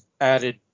added